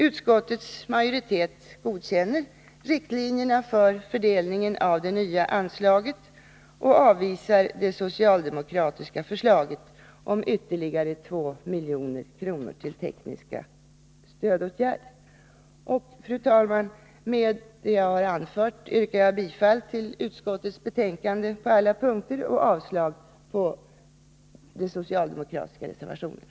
Utskottets majoritet godkänner riktlinjerna för fördelningen av det nya anslaget och avvisar det socialdemokratiska förslaget om ytterligare 2 milj.kr. till tekniska stödåtgärder. Fru talman! Med det anförda yrkar jag bifall till utskottets hemställan på alla punkter och avslag på de socialdemokratiska reservationerna.